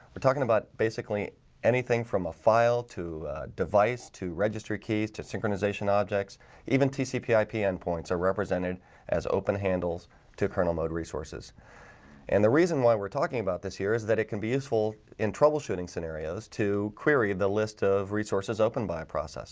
we're talking about basically anything from a file to device to register keys to synchronization objects even tcp ip endpoints are represented as open handles to kernel mode resources and the reason why we're talking about this here is that it can be useful in troubleshooting scenarios to query the list of resources open by process